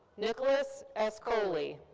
nicholas ascoli.